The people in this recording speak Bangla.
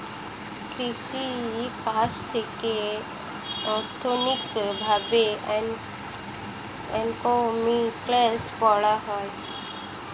কৃষি কাজ থেকে অর্থনৈতিক প্রভাব ইকোনমিক্সে পড়া হয়